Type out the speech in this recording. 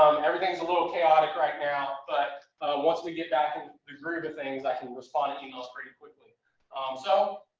um everything's a little chaotic right now. but once we get back in the groove of things, i can respond to emails pretty um so